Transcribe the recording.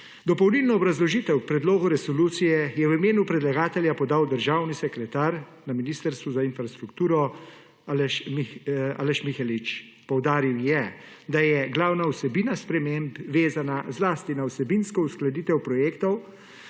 Dopolnilno obrazložitev k predlogu resolucije je v imenu predlagatelja podal državni sekretar na Ministrstvu za infrastrukturo Aleš Mihelič. Poudaril je, da je glavna vsebina sprememb vezana zlasti na vsebinsko uskladitev projektov,